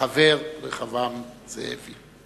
החבר רחבעם זאבי.